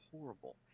horrible